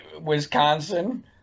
Wisconsin